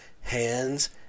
hands